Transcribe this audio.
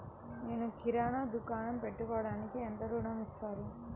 నేను కిరాణా దుకాణం పెట్టుకోడానికి ఎంత ఋణం ఇస్తారు?